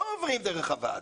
לא עוברים דרך הוועדה.